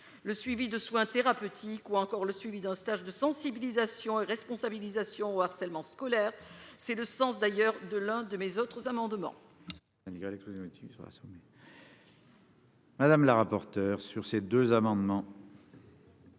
le suivi de soins thérapeutiques ou encore le suivi d'un stage de sensibilisation et responsabilisation au harcèlement scolaire, c'est le sens d'ailleurs de l'un de mes autres amendements. Malgré l'exclusion et qui sera soumis.